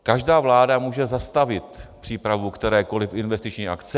Každá vláda může zastavit přípravu kterékoli investiční akce.